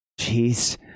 Jeez